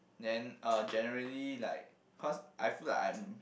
then uh generally like cause I feel like I'm